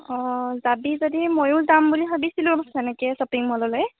অঁ যাবি যদি মইও যাম বুলি ভাবিছিলোঁ তেনেকৈ শ্বপিং মললৈ